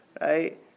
Right